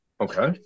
Okay